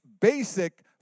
basic